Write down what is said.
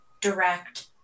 direct